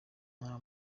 nta